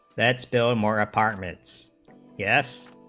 that spell more apartments yeah s